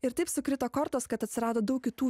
ir taip sukrito kortos kad atsirado daug kitų